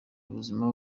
ubuzima